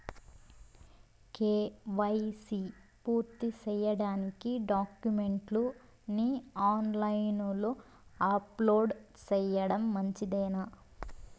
KYC పూర్తి సేయడానికి డాక్యుమెంట్లు ని ఆన్ లైను లో అప్లోడ్ సేయడం మంచిదేనా?